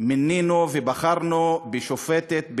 מינינו ובחרנו שופטת,